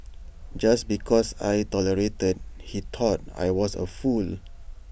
just because I tolerated he thought I was A fool